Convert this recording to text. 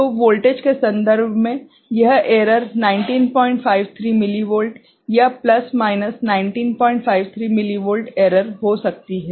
तो वोल्टेज के संदर्भ में यह एरर 1953 मिलीवोल्ट या प्लस माइनस 1953 मिलीवोल्ट एरर हो जाती है